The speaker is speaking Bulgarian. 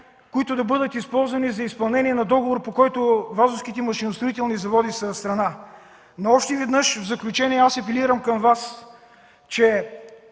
които да бъдат използвани за изпълнение на договора, по които „Вазовските машиностроителни заводи” са страна. Още веднъж в заключение апелирам към Вас, че